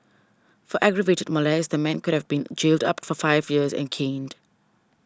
for aggravated molest the man could have been jailed up for five years and caned